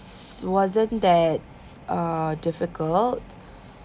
wasn't that uh difficult